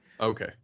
Okay